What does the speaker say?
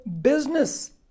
business